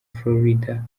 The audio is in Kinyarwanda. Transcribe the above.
florida